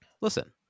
Listen